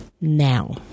Now